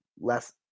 less